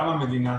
גם המדינה,